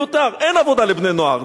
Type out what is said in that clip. כי יש פה יותר מדי חמלה.